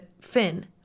Finn